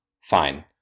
fine